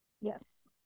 yes